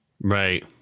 Right